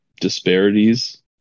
disparities